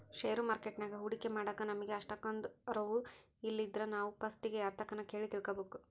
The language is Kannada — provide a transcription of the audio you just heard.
ಷೇರು ಮಾರುಕಟ್ಯಾಗ ಹೂಡಿಕೆ ಮಾಡಾಕ ನಮಿಗೆ ಅಷ್ಟಕೊಂದು ಅರುವು ಇಲ್ಲಿದ್ರ ನಾವು ಪಸ್ಟಿಗೆ ಯಾರ್ತಕನ ಕೇಳಿ ತಿಳ್ಕಬಕು